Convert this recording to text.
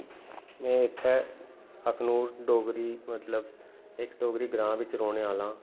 में इत्थै अखनूर डोगरी मतलब इक डोगरे ग्रांऽ बिच रौह्ने आह्ला आं